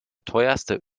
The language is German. teuerste